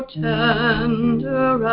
tender